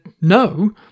no